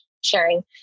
sharing